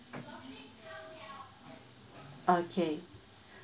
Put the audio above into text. okay